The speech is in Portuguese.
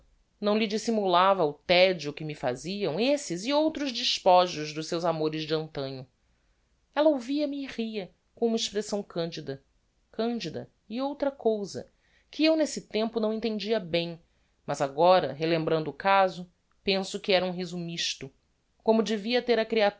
o tedio que me faziam esses e outros despojos dos seus amores de antanho ella ouvia-me e ria com uma expressão candida candida e outra cousa que eu nesse tempo não entendia bem mas agora relembrando o caso penso que era um riso mixto como devia ter a